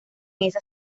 esa